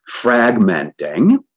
fragmenting